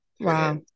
wow